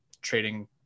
trading